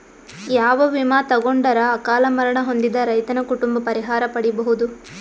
ಯಾವ ವಿಮಾ ತೊಗೊಂಡರ ಅಕಾಲ ಮರಣ ಹೊಂದಿದ ರೈತನ ಕುಟುಂಬ ಪರಿಹಾರ ಪಡಿಬಹುದು?